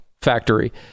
factory